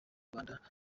rwanda